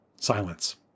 Silence